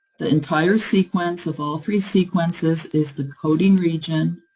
the entire sequence of all three sequences is the coding region,